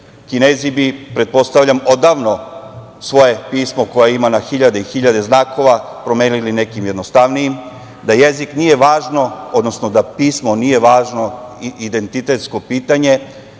Kinezi bi, pretpostavljam, odavno svoje pismo koje ima na hiljade i hiljade znakova promenili nekim jednostavnijim. Da pismo nije važno identitetsko pitanje,